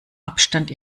abstand